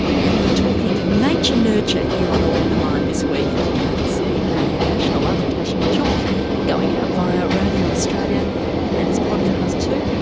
and we're talking nature nurture here on all in the mind this week on abc radio national. i'm natasha mitchell going out via radio australia and as podcast too.